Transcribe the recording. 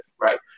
right